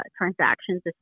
transactions